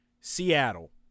Seattle